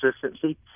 consistency